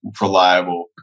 reliable